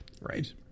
Right